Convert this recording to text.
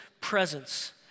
presence